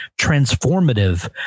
transformative